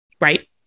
Right